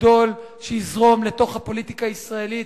גדול יזרום לתוך הפוליטיקה הישראלית